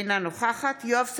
אינה נוכחת יואב סגלוביץ'